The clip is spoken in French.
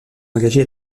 engager